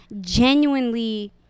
genuinely